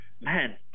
man